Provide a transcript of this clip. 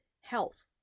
health